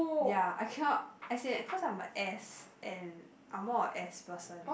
ya I cannot as in cause I'm a S and I'm more a S person